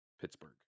Pittsburgh